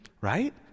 right